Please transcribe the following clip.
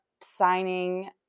signing